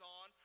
on